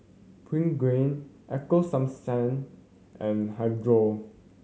Pregain Ego Sunsense and Hirudoid